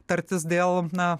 tartis dėl na